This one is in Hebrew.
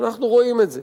ואנחנו רואים את זה.